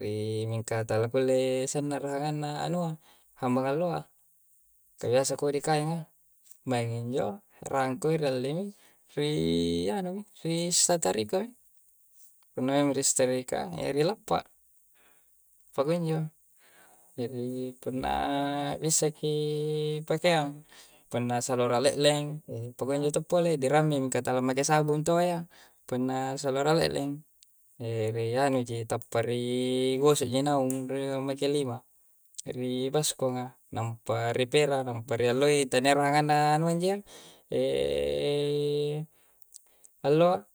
Ri mingka talakulle sanna rahanganna anua, hambang alloa, ka biasa kodi kaenga. Mangi njo, rangko, rialle mi, rianu mi, ri sattarika mi. Punna maimmi ristrika, erilappa mi, pakunjo. Jari punna bissaki pakaiang, punna saloara le'leng, pakunjo to' pole, dirammei mingka talammake sabung toayya, punna saloara le'leng. Eri anu ji, tappa ri goso' ji naung ri mmake lima ri baskonga nampa ri pera nampa rialloi talia rahanganna anua njia alloa.